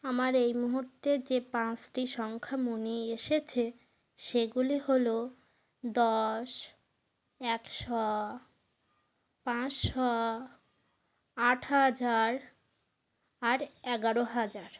আমার এই মুহুর্তের যে পাঁচটি সংখ্যা মনে এসেছে সেগুলি হল দশ একশো পাঁচশো আট হাজার আর এগারো হাজার